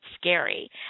scary